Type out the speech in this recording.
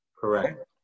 Correct